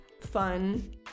fun